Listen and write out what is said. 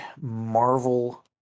Marvel